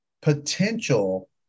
potential